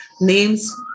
Names